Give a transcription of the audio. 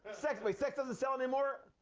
sex like sex doesn't sell anymore?